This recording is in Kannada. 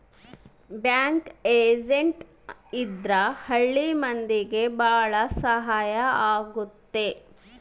ಬ್ಯಾಂಕ್ ಏಜೆಂಟ್ ಇದ್ರ ಹಳ್ಳಿ ಮಂದಿಗೆ ಭಾಳ ಸಹಾಯ ಆಗುತ್ತೆ